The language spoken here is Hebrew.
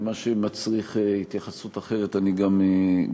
ומה שמצריך התייחסות אחרת אני גם אומר.